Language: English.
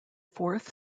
fourth